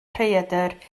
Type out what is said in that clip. rhaeadr